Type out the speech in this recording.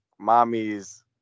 Mommy's